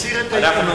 מסיר את ההתנגדות.